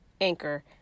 Anchor